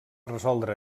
resoldre